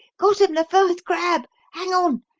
got em the first grab! hang on!